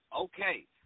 Okay